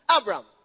Abraham